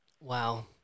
wow